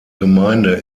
gemeinde